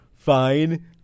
Fine